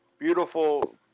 Beautiful